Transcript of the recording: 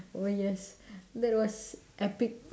oh yes that was epic